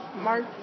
Mark